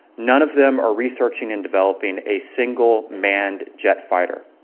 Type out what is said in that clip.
none of them are researching and developing a single manned jet fighter.